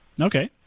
Okay